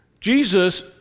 Jesus